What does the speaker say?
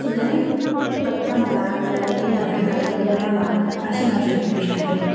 सुधारित पत्ता मला त्या नवीन आधार काडमध्ये मिळावा अशी माझी अपेक्षा आहे